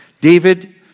David